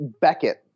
Beckett